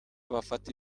abafata